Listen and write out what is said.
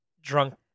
drunk